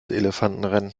elefantenrennen